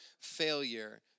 failure